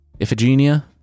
Iphigenia